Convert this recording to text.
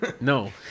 No